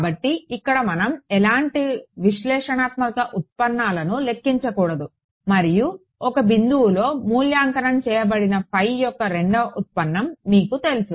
కాబట్టి ఇక్కడ మనం ఎలాంటి విశ్లేషణాత్మక ఉత్పన్నాలను లెక్కించకూడదు మరియు ఒక బిందువులో మూల్యాంకనం చేయబడిన ఫై యొక్క రెండవ ఉత్పన్నం మీకు తెలుసు